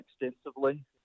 extensively